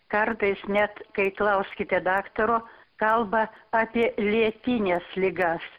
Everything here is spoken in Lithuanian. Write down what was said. kartais net kai klauskite daktaro kalba apie lėtines ligas